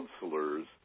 counselors